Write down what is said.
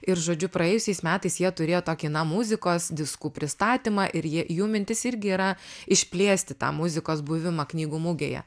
ir žodžiu praėjusiais metais jie turėjo tokį na muzikos diskų pristatymą ir jų mintis irgi yra išplėsti tą muzikos buvimą knygų mugėje